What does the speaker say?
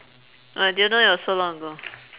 oh I didn't know it was so long ago